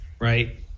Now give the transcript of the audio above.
right